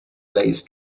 lays